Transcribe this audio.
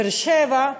באר-שבע,